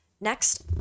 Next